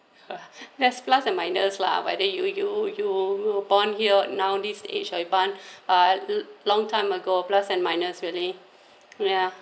there's plus and minus lah but then you you you were born here nowadays age I been a long time ago plus and minus really ya